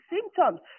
symptoms